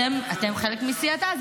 אתם חלק מסיעתה,